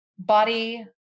body